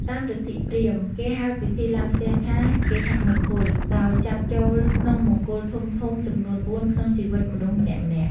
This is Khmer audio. តាមលទ្ធិព្រាហ្មណ៍ គេហៅពិធីឡើងផ្ទះថា គេហមង្គល ដោយចាត់ចូលក្នុងមង្គល់ធំៗចំនួនបួនក្នុងជីវិតមនុស្សម្នាក់ៗ។